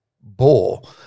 bull